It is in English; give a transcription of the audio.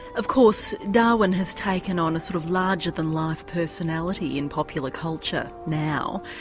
of course, darwin has taken on a sort of larger than life personality in popular culture now,